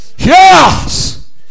Yes